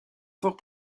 fort